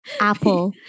Apple